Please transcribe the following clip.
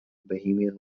bohemian